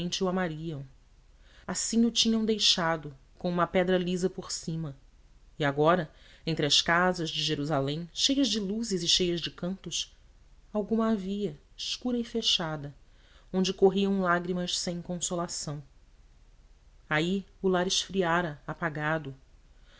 o amariam assim o tinham deixado com uma pedra lisa por cima e agora entre as casas de jerusalém cheias de luzes e cheias de cantos alguma havia escura e fechada onde corriam lágrimas sem consolação aí o lar esfriara apagado